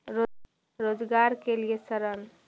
रोजगार के लिए ऋण?